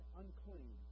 unclean